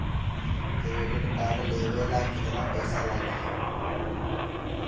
Credit card लेवे ला केतना पइसा लागी?